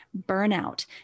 burnout